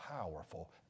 powerful